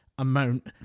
Amount